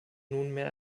nunmehr